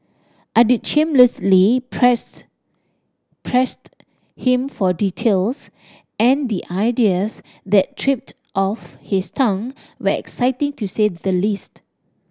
I'd shamelessly press pressed him for details and the ideas that tripped off his tongue were exciting to say the least